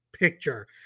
picture